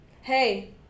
hey